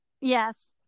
yes